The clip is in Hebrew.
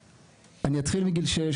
אני אתחיל מגיל 6,